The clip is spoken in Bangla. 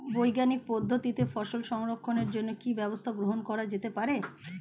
বৈজ্ঞানিক পদ্ধতিতে ফসল সংরক্ষণের জন্য কি ব্যবস্থা গ্রহণ করা যেতে পারে?